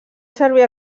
servir